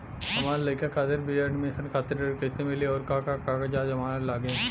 हमार लइका खातिर बी.ए एडमिशन खातिर ऋण कइसे मिली और का का कागज आ जमानत लागी?